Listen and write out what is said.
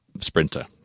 sprinter